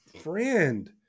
Friend